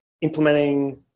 implementing